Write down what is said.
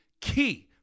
key